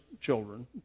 children